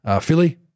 Philly